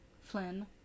Flynn